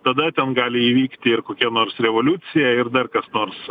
tada ten gali įvykti ir kokia nors revoliucija ir dar kas nors